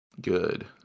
Good